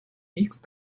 mixed